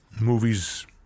movies